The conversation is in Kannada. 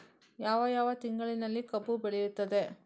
ಯಾವ ಯಾವ ತಿಂಗಳಿನಲ್ಲಿ ಕಬ್ಬು ಬೆಳೆಯುತ್ತದೆ?